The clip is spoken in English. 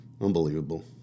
Unbelievable